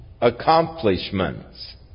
accomplishments